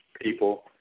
people